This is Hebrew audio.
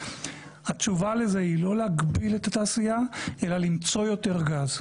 התשובה לזה היא לא להגביל את התעשייה אלא למצוא יותר גז.